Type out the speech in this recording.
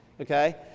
Okay